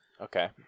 Okay